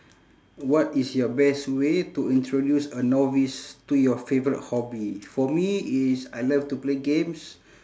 what is your best way to introduce a novice to your favourite hobby for me it's I love to play games